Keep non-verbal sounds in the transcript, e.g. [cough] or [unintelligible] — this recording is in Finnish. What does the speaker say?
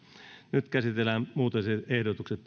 nyt käsitellään muutosehdotukset [unintelligible]